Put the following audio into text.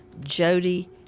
Jody